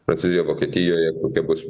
prancūzijo vokietijoje kokie bus